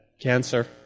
cancer